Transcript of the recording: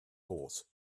horse